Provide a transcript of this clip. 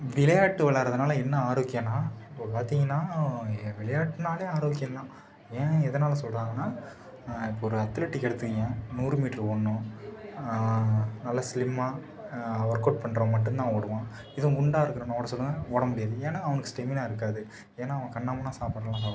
விளையாட்டு விளையாட்றதுனால என்ன ஆரோக்கியன்னால் இப்போது பார்த்தீங்கன்னா எ விளையாட்டுனாலே ஆரோக்கியம் தான் ஏன் எதனால் சொல்கிறாங்கன்னா இப்போ ஒரு அத்லெட்டிக்கை எடுத்துக்கோங்க நூறு மீட்ரு ஓடணும் நல்ல ஸ்லிம்மாக ஒர்க்கவுட் பண்ணுறவன் மட்டும் தான் ஓடுவான் இதுவே குண்டாக இருக்கிறவன ஓட சொல்லுங்கள் ஓட முடியாது ஏன்னால் அவனுக்கு ஸ்டெமினா இருக்காது ஏன்னால் அவன் கன்னா பின்னா சாப்பாட்டெல்லாம் சாப்பிட்வான்